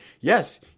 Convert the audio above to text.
yes